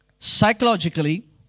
psychologically